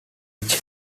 page